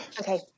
okay